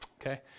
Okay